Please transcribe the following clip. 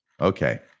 okay